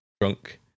drunk